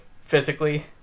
physically